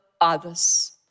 others